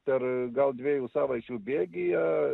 per gal dviejų savaičių bėgyje